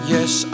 Yes